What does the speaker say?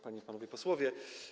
Panie i Panowie Posłowie!